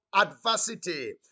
adversity